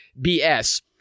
BS